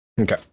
Okay